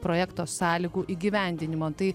projekto sąlygų įgyvendinimo tai